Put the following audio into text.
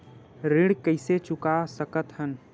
ऋण कइसे चुका सकत हन?